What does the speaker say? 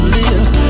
lives